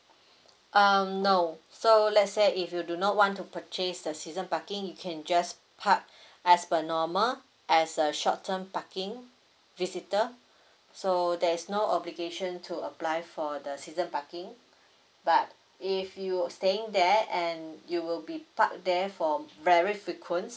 um no so let's say if you do not want to purchase the season parking you can just park as per normal as a short term parking visitor so there is no obligation to apply for the season parking but if you staying there and you will be park there for very frequent